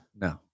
No